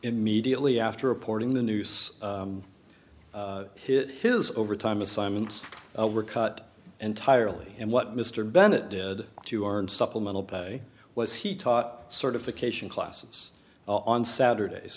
immediately after reporting the noose hit his over time assignments were cut entirely and what mr bennett did to our own supplemental pay was he taught certification classes on saturdays